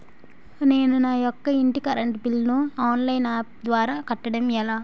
నేను నా యెక్క ఇంటి కరెంట్ బిల్ ను ఆన్లైన్ యాప్ ద్వారా కట్టడం ఎలా?